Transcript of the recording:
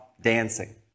dancing